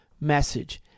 message